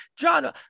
John